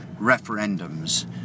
referendums